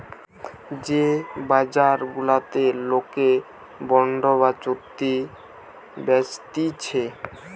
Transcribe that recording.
যে বাজার গুলাতে লোকে বন্ড বা চুক্তি বেচতিছে